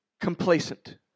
complacent